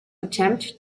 attempt